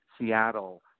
Seattle